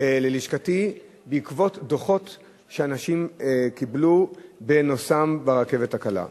ללשכתי בעקבות דוחות שאנשים קיבלו בנוסעם ברכבת הקלה.